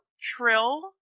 Trill